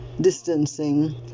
distancing